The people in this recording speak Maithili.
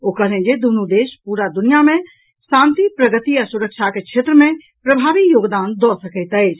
ओ कहलनि जे दुनू देश दुनिया भरि मे शांति प्रगति आ सुरक्षाक क्षेत्र मे प्रभावी योगदान दऽ सकैत अछि